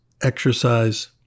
exercise